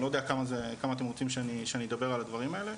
אני לא יודע כמה אתם רוצים שאני אדבר על הדברים האלה,